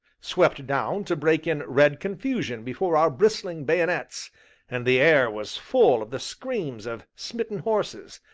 swept down to break in red confusion before our bristling bayonets and the air was full of the screams of smitten horses,